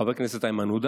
חבר הכנסת איימן עודה